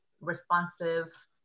responsive